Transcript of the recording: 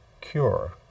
cure